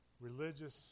Religious